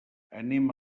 anem